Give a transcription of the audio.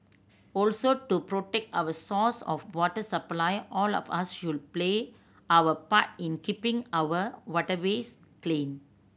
also to protect our source of water supply all of us should play our part in keeping our waterways clean